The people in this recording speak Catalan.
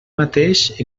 mateix